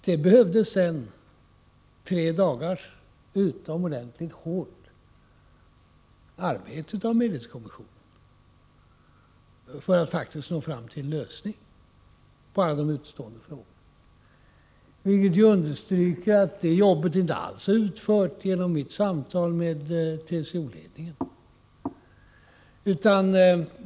Det behövdes sedan tre dagars utomordentligt hårt arbete av medlingskommissionen för att nå fram till en lösning på alla de utestående frågorna, vilket understryker att det jobbet inte alls är utfört genom mitt samtal med TCO-ledningen.